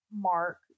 mark